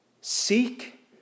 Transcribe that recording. Seek